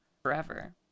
forever